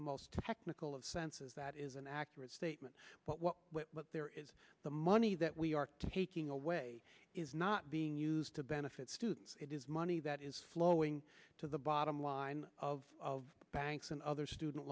the most technical of senses that is an accurate statement but what there is the money that we are taking away is not being used to benefit students it is money that is flowing to the bottom line of banks and other student